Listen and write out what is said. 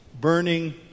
burning